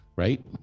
right